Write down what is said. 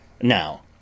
Now